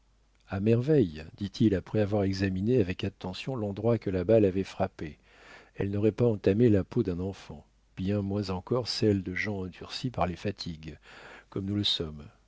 à merveille dit-il après avoir examiné avec attention l'endroit que la balle avait frappé elle n'aurait pas entamé la peau d'un enfant bien moins encore celle de gens endurcis par les fatigues comme nous le sommes